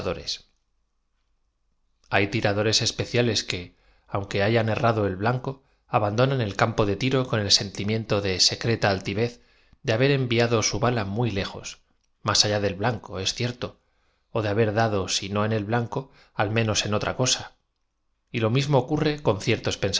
tir adorea especíales que aunque hayan errado el blanco abandonan el campo de tiro con e l sentimiento do secreta a ltivez de haber enviado su bala jr l muy lejos más allá del blanco es cierto ó de haber dado si no en el blanco al menos en otra cosa t lo mismo ocurre con ciertos